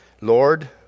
Lord